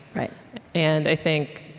and i think,